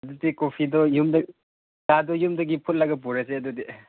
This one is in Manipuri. ꯑꯗꯨꯗꯤ ꯀꯣꯐꯤꯗꯣ ꯌꯨꯝꯗ ꯆꯥꯗꯣ ꯌꯨꯝꯗꯒꯤ ꯐꯨꯠꯂꯒ ꯄꯨꯔꯁꯦ ꯑꯗꯨꯗꯤ